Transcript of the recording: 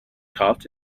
cut